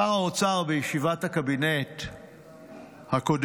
שר האוצר בישיבת הקבינט הקודמת: